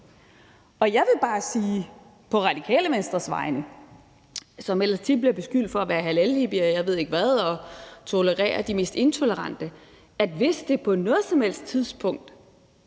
Jeg vil bare sige på vegne af Radikale Venstre, som ellers tit er blevet beskyldt for at være halalhippier, og jeg ved ikke hvad, og tolerere de mest intolerante, at hvis det på noget som helst tidspunkt